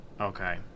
Okay